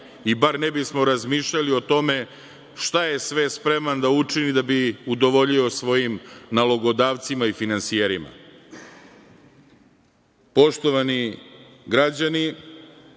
i bar ne bismo razmišljali o tome šta je sve spreman da učini da bi udovoljio svojim nalogodavcima i finansijerima. Poštovani građani,